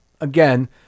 Again